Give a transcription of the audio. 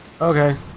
Okay